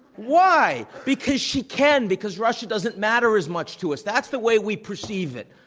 why? because she can, because russia doesn't matter as much to us. that's the way we perceive it,